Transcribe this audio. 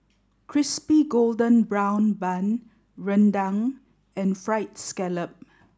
Crispy Golden Brown Bun Rendang and Fried Scallop